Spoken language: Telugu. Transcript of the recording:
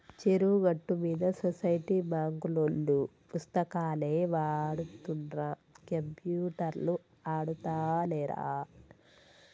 చెరువు గట్టు మీద సొసైటీ బాంకులోల్లు పుస్తకాలే వాడుతుండ్ర కంప్యూటర్లు ఆడుతాలేరా